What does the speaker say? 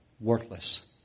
Worthless